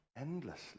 endlessly